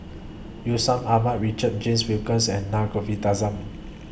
Aman Richard James Wilkinson and Naa Govindasamy